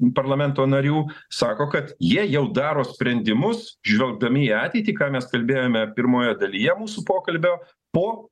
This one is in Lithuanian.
parlamento narių sako kad jie jau daro sprendimus žvelgdami į ateitį ką mes kalbėjome pirmoje dalyje mūsų pokalbio po